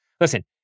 listen